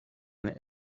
and